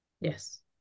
Yes